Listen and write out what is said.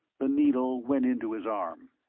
the needle went into his arm.